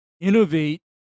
innovate